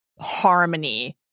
harmony